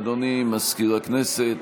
אדוני מזכיר הכנסת,